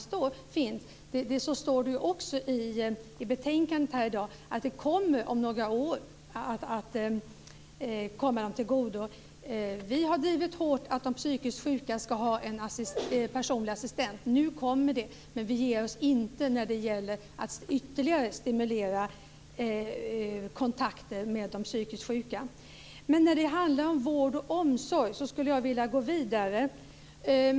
Det står ju också i detta betänkande att detta om några år kommer att komma dem till godo. Vi har drivit hårt att de psykiskt sjuka ska ha en personlig assistent. Nu kommer ett sådant förslag. Men vi ger oss inte när det gäller att ytterligare stimulera kontakter med de psykiskt sjuka. Men när det handlar om vård och omsorg skulle jag vilja gå vidare.